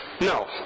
No